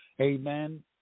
amen